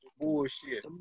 Bullshit